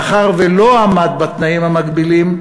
מאחר שלא עמד בתנאים המגבילים,